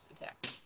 attack